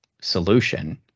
solution